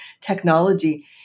technology